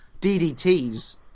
DDT's